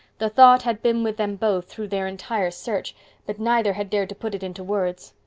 the thought had been with them both through their entire search but neither had dared to put it into words.